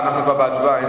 7, אין